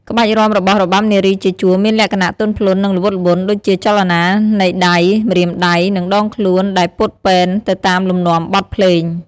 ក្បាច់រាំរបស់របាំនារីជាជួរមានលក្ខណៈទន់ភ្លន់ និងល្វត់ល្វន់ ដូចជាចលនានៃដៃ ម្រាមដៃ និងដងខ្លួនដែលពត់ពែនទៅតាមលំនាំបទភ្លេង។